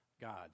God